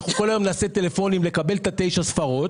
כל היום נעשה טלפונים כדי לקבל את תשע הספרות.